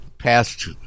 past